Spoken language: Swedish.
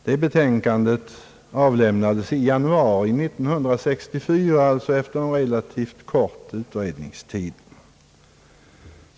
Det betänkandet avlämnades i april 1964, alltså efter en relativt kort utredningstid.